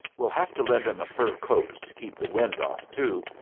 we'll have to lend him a fur coat to keep the wind off, too,